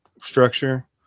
structure